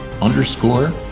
underscore